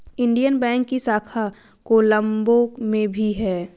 Indian Bank की शाखा कोलम्बो में भी है